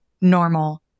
normal